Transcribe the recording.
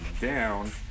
down